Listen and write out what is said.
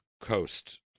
coast